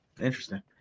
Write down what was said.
interesting